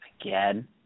again